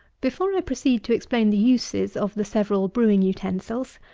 before i proceed to explain the uses of the several brewing utensils,